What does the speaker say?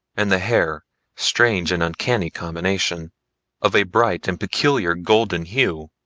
and the hair strange and uncanny combination of a bright and peculiar golden hue.